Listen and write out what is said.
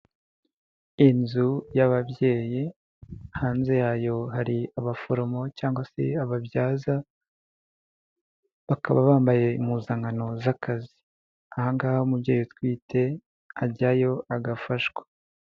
Inzu y'ababyeyi hanze yayo hari abaforomo cyangwa se ababyaza, bakaba bambaye impuzankano z'akazizi, aha ngaha umubyeyi utwite ajyayo agafashwa.